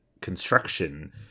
construction